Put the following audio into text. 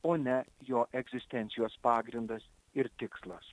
o ne jo egzistencijos pagrindas ir tikslas